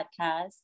podcast